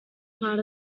part